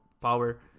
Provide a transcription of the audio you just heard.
power